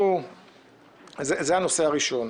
זה הנושא הראשון.